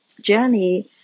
journey